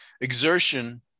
exertion